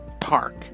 park